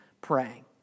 praying